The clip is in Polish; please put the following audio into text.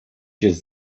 jest